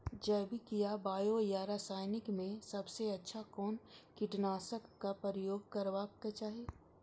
जैविक या बायो या रासायनिक में सबसँ अच्छा कोन कीटनाशक क प्रयोग करबाक चाही?